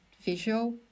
visual